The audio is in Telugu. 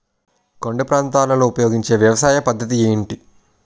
కొండ ప్రాంతాల్లో ఉపయోగించే వ్యవసాయ పద్ధతి ఏంటి?